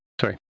sorry